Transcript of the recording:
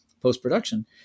post-production